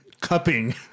cupping